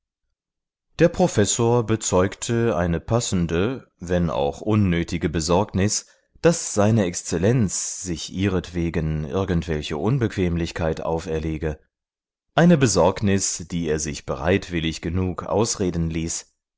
der professor bezeugte eine passende wenn auch unnötige besorgnis daß seine exzellenz sich ihretwegen irgendeine unbequemlichkeit auferlege eine besorgnis die er sich bereitwillig genug ausreden ließ